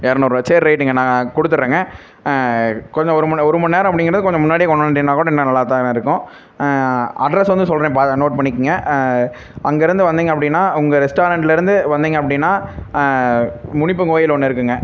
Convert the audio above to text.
இரநூறுவா சரி ரைட்டுங்க நான் கொடுத்துட்றேங்க கொஞ்சம் ஒரு ம ஒரு மண்நேரம் அப்படிங்கறது கொஞ்சம் முன்னாடியே கொண்டு வந்துவிட்டிங்கன்னா கூட இன்னும் நல்லாதாங்க இருக்கும் அட்ரஸ் வந்து சொல்லுறேன் பா நோட் பண்ணிக்கிங்க அங்கேருந்து வந்திங்க அப்படின்னா உங்கள் ரெஸ்ட்டாரெண்ட்லருந்து வந்திங்க அப்படின்னா முனிப்பன் கோயில் ஒன்று இருக்குங்க